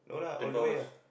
twenty four hours